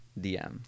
DM